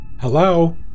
Hello